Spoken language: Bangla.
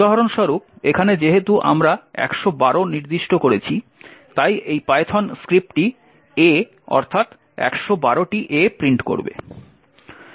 উদাহরণস্বরূপ এখানে যেহেতু আমরা 112 নির্দিষ্ট করেছি তাই এই পাইথন স্ক্রিপ্টটি A অর্থাৎ 112 টি A প্রিন্ট করবে